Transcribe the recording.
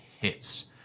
hits